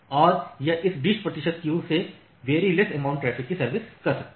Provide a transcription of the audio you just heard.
और यह इस 20 प्रतिशत क्यू से वेरी लेस अमाउंटमें ट्रैफिक की सर्विस कर सकता है